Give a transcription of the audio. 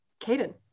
Caden